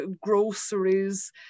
groceries